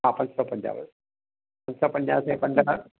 हा पंज सौ पंजाह पंज सौ पंजाह सेकंड सां